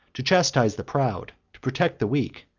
to chastise the proud, to protect the weak,